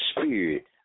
spirit